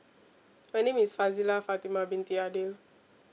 my name is fazilah fatimah binti adil